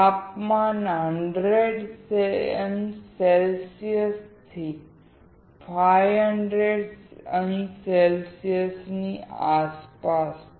તાપમાન 100C થી 500C ની આસપાસ છે